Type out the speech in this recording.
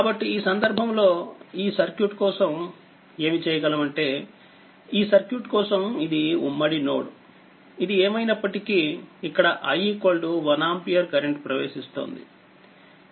కాబట్టిఈ సందర్భంలో ఈ సర్క్యూట్ కోసం ఏమి చేయగలమంటే ఈ సర్క్యూట్ కోసం ఇది ఉమ్మడి నోడ్ ఇది ఏమైనప్పటికీఇక్కడ i 1 ఆంపియర్కరెంట్ ప్రవేశిస్తోంది